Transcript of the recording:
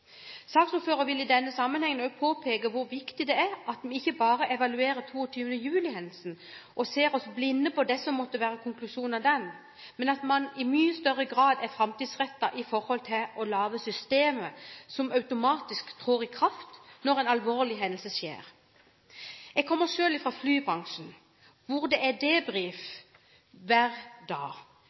Saksordfører vil i denne sammenheng også påpeke hvor viktig det er at vi ikke bare evaluerer 22. juli-hendelsen og ser oss blinde på det som måtte være konklusjon av den, men at man i mye større grad er fremtidsrettet når det gjelder å lage systemer som automatisk trår i kraft når en alvorlig hendelse skjer. Jeg kommer selv fra flybransjen, hvor det er debriefing hver dag.